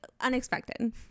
unexpected